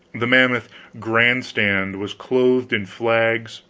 the mammoth grand-stand was clothed in flags,